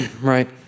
right